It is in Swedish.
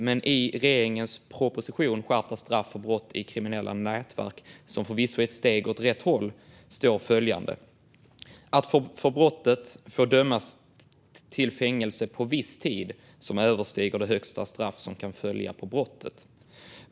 Men i regeringens proposition Skärpta straff för brott i kriminella nätverk , som förvisso är ett steg åt rätt håll, står det att det ska "för brottet få dömas till fängelse på viss tid som överstiger det högsta straff som kan följa på brottet".